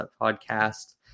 podcast